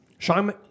Sean